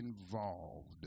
involved